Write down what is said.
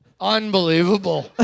Unbelievable